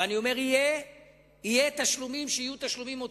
ואני אומר שיהיו תשלומים שיהיו תשלומים עודפים,